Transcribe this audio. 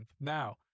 now